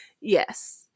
yes